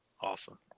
Awesome